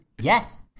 Yes